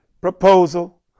proposal